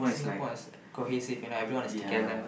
Singapore is cohesive you know everyone is together